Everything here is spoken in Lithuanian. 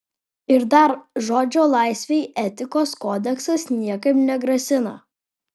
ir dar žodžio laisvei etikos kodeksas niekaip negrasina